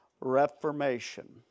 reformation